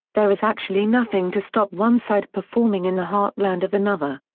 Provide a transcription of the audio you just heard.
there is actually nothing to stop one side performing in the heartland of another.